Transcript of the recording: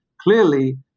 clearly